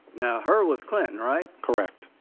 now her was clinton, right? correct.